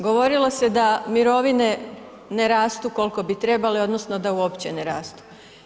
Govorilo se da mirovine ne rastu koliko bi trebale odnosno da uopće ne rastu.